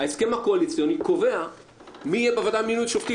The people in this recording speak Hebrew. ההסכם הקואליציוני קובע מי יהיה בוועדה למינוי שופטים,